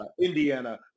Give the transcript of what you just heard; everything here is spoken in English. Indiana